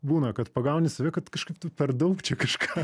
būna kad pagauni save kad kažkaip tu per daug čia kažką